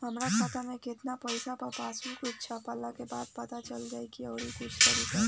हमरा खाता में केतना पइसा बा पासबुक छपला के बाद पता चल जाई कि आउर कुछ तरिका बा?